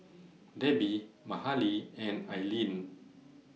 Debby Mahalie and Ailene